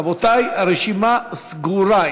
רבותי, הרשימה סגורה.